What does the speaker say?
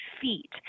feet